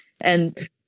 and-